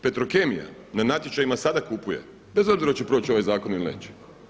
Petrokemija na natječajima sada kupuje bez obzira hoće li proći ovaj zakon ili neće.